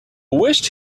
wished